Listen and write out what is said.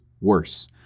worse